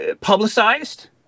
publicized